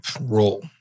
role